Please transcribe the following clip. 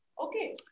Okay